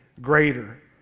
greater